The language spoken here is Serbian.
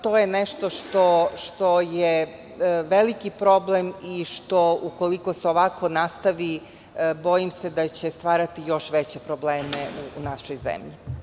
To je nešto što je veliki problem i što, ukoliko se ovako nastavi, bojim se da će stvarati još veće probleme u našoj zemlji.